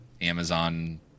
Amazon